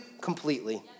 completely